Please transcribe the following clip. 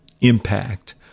impact